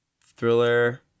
thriller